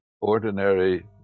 ordinary